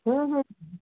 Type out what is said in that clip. ହଁ ହଁ